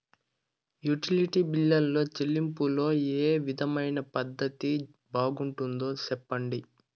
Utility బిల్లులో చెల్లింపులో ఏ విధమైన పద్దతి బాగుంటుందో సెప్పండి?